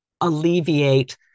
alleviate